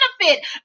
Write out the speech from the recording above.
benefit